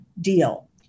deal